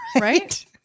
Right